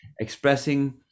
expressing